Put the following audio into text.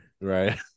Right